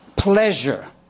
pleasure